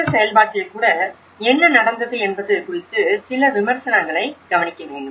இந்த செயல்பாட்டில் கூட என்ன நடந்தது என்பது குறித்த சில விமர்சனங்களை கவனிக்க வேண்டும்